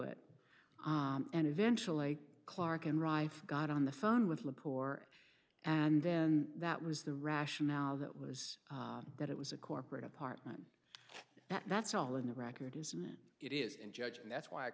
it and eventually clark and dr got on the phone with le pore and then that was the rationale that was that it was a corporate apartment that's all in the record it is in judge and that's why i